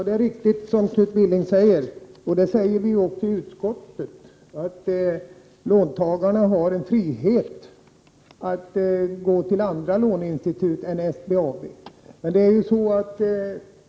Det är riktigt som Knut Billing säger — det säger vi också i utskottet — att låntagaren har en frihet att gå till andra låneinstitut än SBAB. Men SBAB är också den instans som ombesörjer räntebidragsberättigade lån.